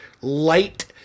light